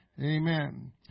Amen